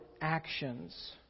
actions